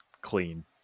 clean